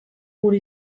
gure